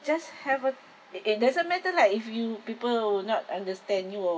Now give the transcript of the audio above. just have a it it doesn't matter lah if you people will not understand you or